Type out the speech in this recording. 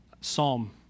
psalm